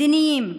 מדיניים,